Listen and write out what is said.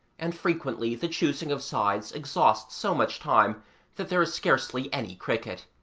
and frequently the choosing of sides exhausts so much time that there is scarcely any cricket.